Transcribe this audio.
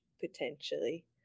potentially